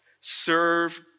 serve